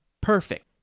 Perfect